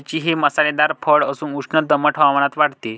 मिरची हे मसालेदार फळ असून उष्ण दमट हवामानात वाढते